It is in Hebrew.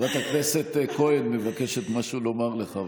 חברת הכנסת כהן מבקשת לומר לך משהו.